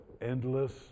endless